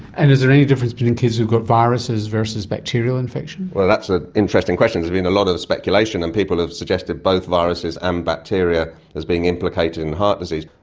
and is there any difference between kids who got viruses versus bacterial infection? well, that's ah interesting question. there's been a lot of speculation and people have suggested both viruses and bacteria as being implicated in heart disease.